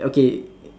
okay